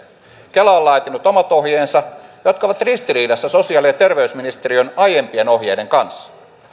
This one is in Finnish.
kela on laatinut omat ohjeensa jotka ovat ristiriidassa sosiaali ja terveysministeriön aiempien ohjeiden kanssa